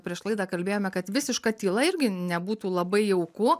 prieš laidą kalbėjome kad visiška tyla irgi nebūtų labai jauku